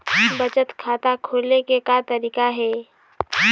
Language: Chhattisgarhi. बचत खाता खोले के का तरीका हे?